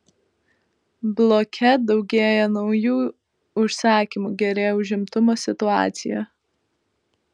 bloke daugėja naujų užsakymų gerėja užimtumo situacija